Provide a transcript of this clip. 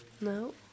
No